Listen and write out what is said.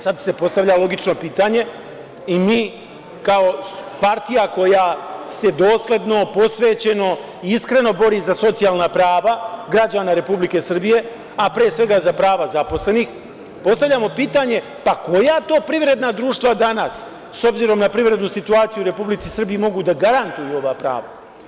Sada se postavlja logično pitanje i mi, kao partija koja se dosledno, posvećeno i iskreno bori za socijalna prava građana Republike Srbije, a pre svega za prava zaposlenih, postavljamo pitanje, pa koja to privredna društva danas, s obzirom na privrednu situaciju u Republici Srbiji mogu da garantuju ova prava?